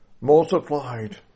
multiplied